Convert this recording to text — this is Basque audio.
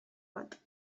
bat